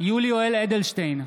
יולי יואל אדלשטיין,